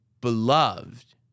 beloved